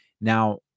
Now